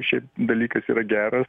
šiaip dalykas yra geras